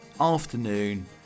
afternoon